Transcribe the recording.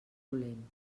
dolent